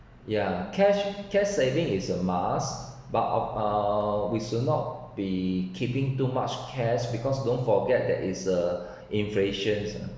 yeah cash cash saving is a must but of uh we should not be keeping too much cash because don't forget that is uh inflation